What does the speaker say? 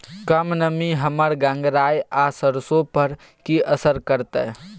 कम नमी हमर गंगराय आ सरसो पर की असर करतै?